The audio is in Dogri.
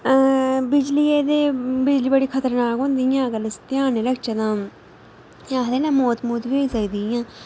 बिजलियै दे बिजली बड़ी खतरनाक होंदी इ'यां अगर अस ध्यान निं रखचै तां इ'यां आखदे न मौत मौत बी होई सकदी इ'यां